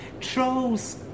Trolls